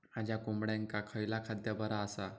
माझ्या कोंबड्यांका खयला खाद्य बरा आसा?